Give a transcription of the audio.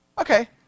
Okay